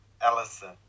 Alison